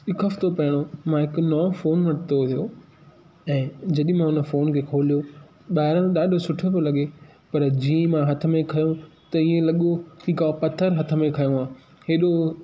हिकु हफ़्तो पहिरियों मां हिकु नओ फ़ोन वरितो हुयो ऐं जॾहिं मां हुन फ़ोन खे खोलियो ॿाहिरों ॾाढो सुठो पियो लॻे पर जीअं ई मां हथ में खयो त ईअ लॻो की का पथरु हथ में खयों आहे एॾो